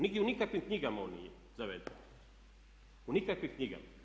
Nigdje u nikakvim knjigama on nije zaveden, u nikakvim knjigama.